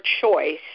choice